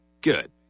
Good